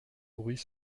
bruit